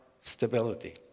stability